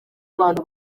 abantu